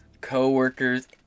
coworkers